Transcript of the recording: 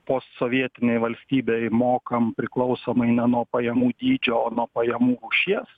postsovietinėj valstybėj mokam priklausomai ne nuo pajamų dydžio o nuo pajamų rūšies